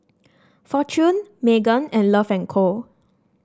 Fortune Megan and Love and Co